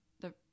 the-